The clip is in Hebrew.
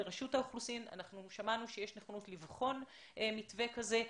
מרשות האוכלוסין שמענו שיש נכונות לבחון מתווה כזה,